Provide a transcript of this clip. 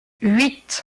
huit